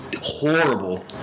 horrible